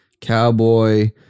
Cowboy